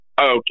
Okay